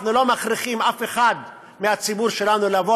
אנחנו לא מכריחים אף אחד מהציבור שלנו לבוא